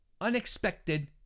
Unexpected